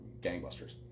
gangbusters